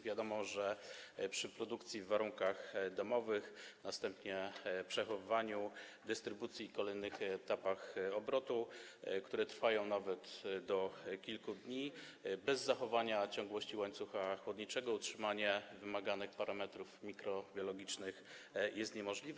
Wiadomo, że przy produkcji w warunkach domowych, następnie przechowywaniu, dystrybucji i kolejnych etapach obrotu, które trwają nawet do kilku dni, bez zachowania ciągłości łańcucha chłodniczego utrzymanie wymaganych parametrów mikrobiologicznych jest niemożliwe.